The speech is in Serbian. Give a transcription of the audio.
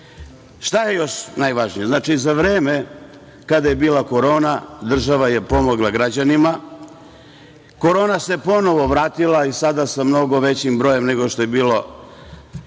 je još najvažnije? Znači, za vreme kada je bila korona, država je pomogla građanima. Korona se ponovo vratila i sada sa mnogo većim brojem nego što je bilo